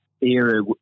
era